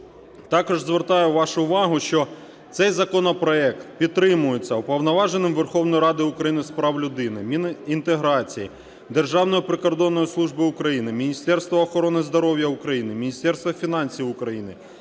Також звертаю вашу увагу, що цей законопроект підтримується Уповноваженим Верховної Ради України з прав людини, Мінінтеграції, Державною прикордонною службою, Міністерством охорони здоров'я України, Міністерством фінансів України,